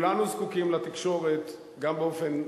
כולנו זקוקים לתקשורת גם באופן,